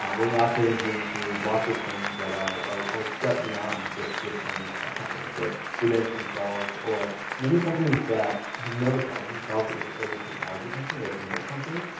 ah we're now starting to include lots of things that are a step beyond just just kind of these tech companies. so the banks themselves, or many companies that have never thought of themselves as as a technology company or fintech company,